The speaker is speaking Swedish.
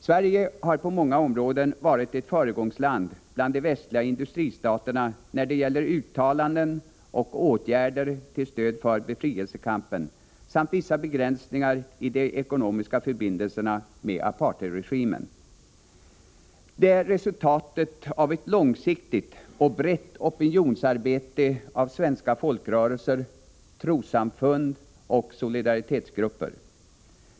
Sverige har på många områden varit ett föregångsland bland de västliga industristaterna när det gäller uttalanden och åtgärder till stöd för befrielsekampen samt vissa begränsningar i de ekonomiska förbindelserna med apartheidregimen. Det är resultatet av ett långsiktigt och brett opinionsarbete av svenska folkrörelser, trossamfund och solidaritetsgrupper.